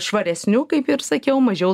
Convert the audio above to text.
švaresniu kaip ir sakiau mažiau